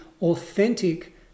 authentic